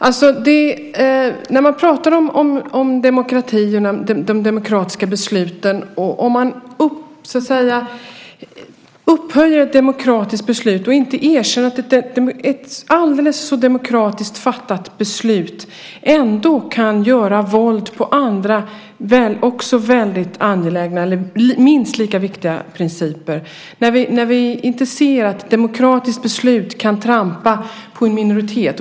Det handlar om när man pratar om demokrati och de demokratiska besluten och man upphöjer ett demokratiskt beslut och inte erkänner att ett aldrig så demokratiskt fattat beslut ändå kan göra våld på andra minst lika viktiga principer. Det handlar om när vi inte ser att ett demokratiskt beslut kan trampa på en minoritet.